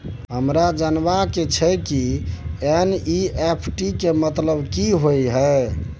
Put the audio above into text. हमरा जनबा के छै की एन.ई.एफ.टी के मतलब की होए है?